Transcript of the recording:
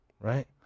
right